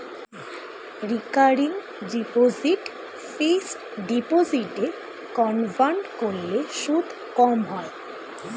recurring deposit fixed ডিপোজিটে convert করলে সুদ কম হয়